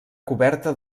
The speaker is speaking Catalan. coberta